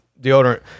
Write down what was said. deodorant